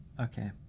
okay